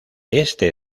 este